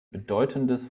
bedeutendes